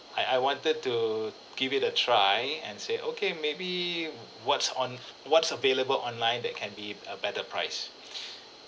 I I wanted to give it a try and say okay maybe what's on what's available online that can be a better price